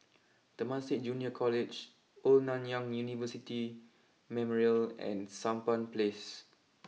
Temasek Junior College Old Nanyang University Memorial and Sampan place